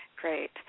Great